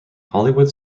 hollywood